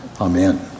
Amen